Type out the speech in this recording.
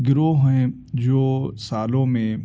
گروہ ہیں جو سالوں میں